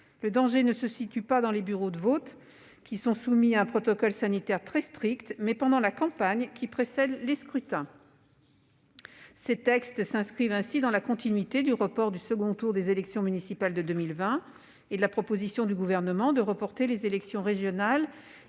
Le danger ne porte pas sur les bureaux de vote, qui sont soumis à un protocole sanitaire très strict, mais sur la campagne qui précède les scrutins. Ces textes s'inscrivent ainsi dans la continuité du report du second tour des élections municipales de 2020 et de la proposition du Gouvernement de reporter les élections régionales